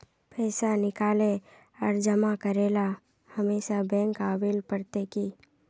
पैसा निकाले आर जमा करेला हमेशा बैंक आबेल पड़ते की?